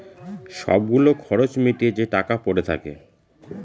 সব গুলো খরচ মিটিয়ে যে টাকা পরে থাকে